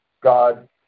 God